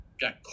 got